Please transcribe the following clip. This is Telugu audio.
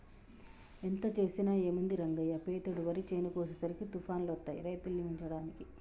ఎంత చేసినా ఏముంది రంగయ్య పెతేడు వరి చేను కోసేసరికి తుఫానులొత్తాయి రైతుల్ని ముంచడానికి